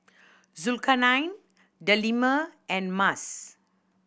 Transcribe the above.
Zulkarnain Delima and Mas